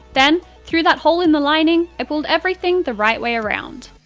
then through that hole in the lining, i pulled everything the right way around.